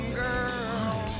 girl